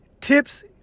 tips